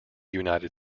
united